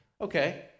okay